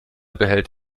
behält